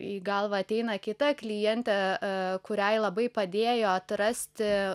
į galvą ateina kita klientė kuriai labai padėjo atrasti